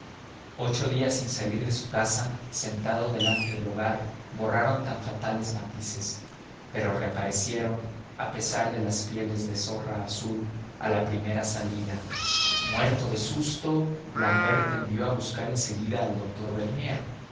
ocho días sin salir de su casa sentado delante del hogar borraron tan fatales matices pero reaparecieron a pesar de las pieles de zorra azul a la primera salida muerto de susto l'ambert envió a buscar en seguida al doctor bernier